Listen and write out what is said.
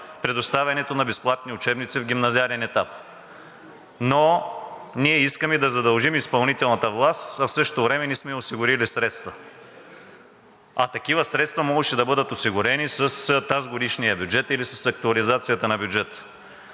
предоставянето на безплатни учебници в гимназиален етап, но ние искаме да задължим изпълнителната власт, а в същото време не сме осигурили средства. Такива средства можеше да бъдат осигурени с тазгодишния бюджет или с актуализацията на бюджета.